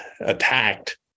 attacked